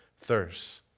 thirst